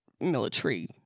military